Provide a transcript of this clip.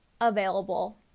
available